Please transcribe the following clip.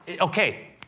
okay